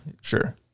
Sure